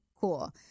cool